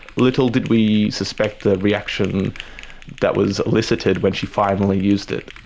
little did we suspect the reaction that was elicited when she finally used it.